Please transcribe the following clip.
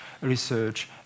research